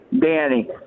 Danny